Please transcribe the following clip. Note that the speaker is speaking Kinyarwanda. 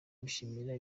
bishimira